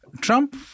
Trump